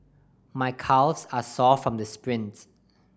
my calves are sore from the sprints